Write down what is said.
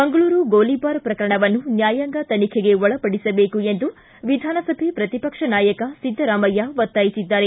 ಮಂಗಳೂರು ಗೋಲಿಬಾರ್ ಪ್ರಕರಣವನ್ನು ನ್ನಾಯಾಂಗ ತನಿಖೆಗೆ ಒಳಪಡಿಸಬೇಕು ಎಂದು ವಿಧಾನಸಭೆ ಪ್ರತಿಪಕ್ಷ ನಾಯಕ ಸಿದ್ದರಾಮಯ್ಯ ಒತ್ತಾಯಿಸಿದ್ದಾರೆ